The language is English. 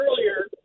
earlier